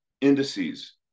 indices